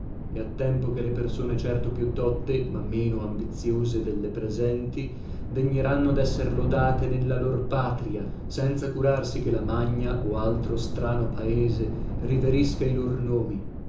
e a tempo che le persone certo più dotte ma meno ambiziose delle presenti degneranno desser lodate nella lor patria senza curarsi che la magna o altro strano paese riverisca i lor nomi